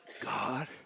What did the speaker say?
God